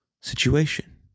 situation